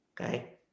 Okay